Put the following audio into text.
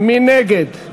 מי נגד?